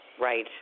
Right